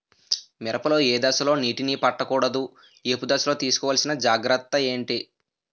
మిరప లో ఏ దశలో నీటినీ పట్టకూడదు? ఏపు దశలో తీసుకోవాల్సిన జాగ్రత్తలు ఏంటి?